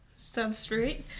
substrate